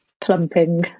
Plumping